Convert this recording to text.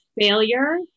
failure